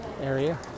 area